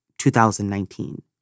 2019